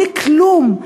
בלי כלום,